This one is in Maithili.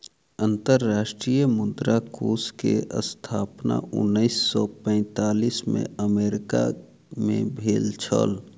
अंतर्राष्ट्रीय मुद्रा कोष के स्थापना उन्नैस सौ पैंतालीस में अमेरिका मे भेल छल